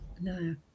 No